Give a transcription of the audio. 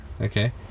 Okay